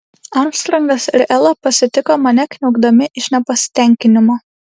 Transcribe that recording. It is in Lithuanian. armstrongas ir ela pasitiko mane kniaukdami iš nepasitenkinimo